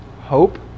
hope